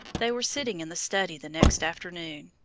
they were sitting in the study the next afternoon,